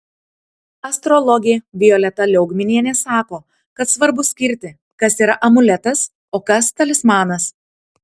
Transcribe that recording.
astrologė violeta liaugminienė sako kad svarbu skirti kas yra amuletas o kas talismanas